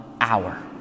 hour